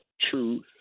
truth